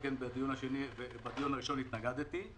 אם אני